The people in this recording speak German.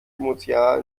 emotional